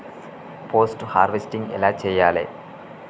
Post harvesting ఎలా చెయ్యాలే?